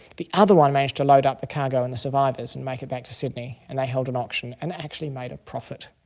the other one managed to load up the cargo and the survivors and make it back to sydney and they held an auction and actually made a profit.